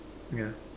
yeah